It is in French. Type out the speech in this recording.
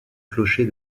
clocher